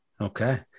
Okay